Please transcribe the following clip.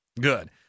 Good